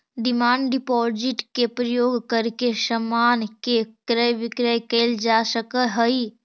demand deposit के प्रयोग करके समान के क्रय विक्रय कैल जा सकऽ हई